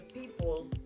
people